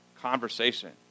conversation